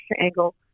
angle